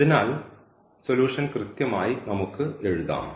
അതിനാൽ സൊലൂഷൻ കൃത്യമായി നമുക്ക് എഴുതാം